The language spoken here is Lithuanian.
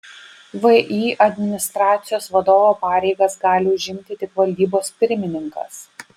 vį administracijos vadovo pareigas gali užimti tik valdybos pirmininkas